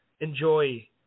enjoy